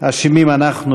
אשמים אנחנו,